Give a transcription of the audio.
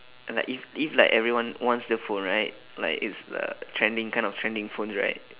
uh like if if like everyone wants the phone right like it's the trending kind of trending phones right